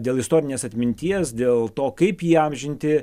dėl istorinės atminties dėl to kaip įamžinti